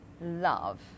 love